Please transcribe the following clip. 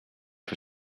for